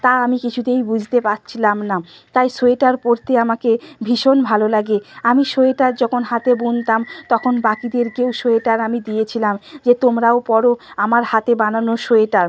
তা আমি কিছুতেই বুঝতে পারছিলাম না তাই সোয়েটার পরতে আমাকে ভীষণ ভালো লাগে আমি সোয়েটার যখন হাতে বুনতাম তখন বাকিদেরকেও সোয়েটার আমি দিয়েছিলাম যে তোমরাও পরো আমার হাতে বানানো সোয়েটার